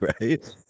Right